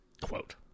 Quote